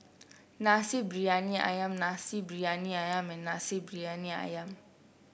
Nasi Briyani ayam Nasi Briyani ayam and Nasi Briyani ayam